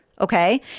okay